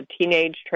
teenage